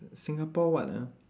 Singapore what ah